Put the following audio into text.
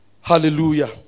hallelujah